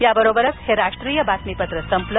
या बरोबरच हे राष्ट्रीय बातमीपत्र संपलं